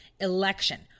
election